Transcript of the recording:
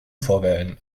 vorwählen